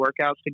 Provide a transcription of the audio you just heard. workouts